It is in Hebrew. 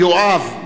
יואב,